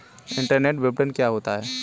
Internet विपणन क्या होता है?